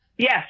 Yes